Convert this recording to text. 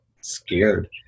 scared